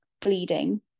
bleeding